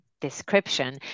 description